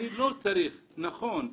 נכון,